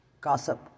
gossip